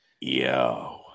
Yo